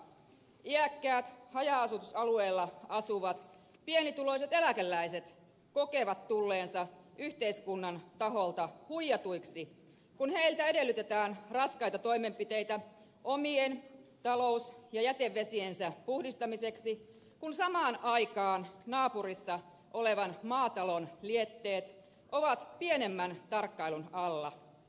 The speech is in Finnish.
iäkkäät haja asutusalueella asuvat pienituloiset eläkeläiset kokevat tulleensa yhteiskunnan taholta huijatuiksi kun heiltä edellytetään raskaita toimenpiteitä omien talous ja jätevesiensä puhdistamiseksi kun samaan aikaan naapurissa olevan maatalon lietteet ovat pienemmän tarkkailun alla